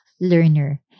learner